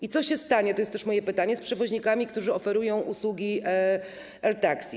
I co się stanie - to jest też moje pytanie - z przewoźnikami, którzy oferują usługi air taxi?